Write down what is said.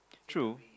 true